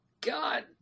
God